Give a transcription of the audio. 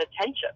attention